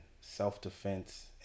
self-defense